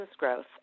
businessgrowth